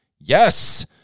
yes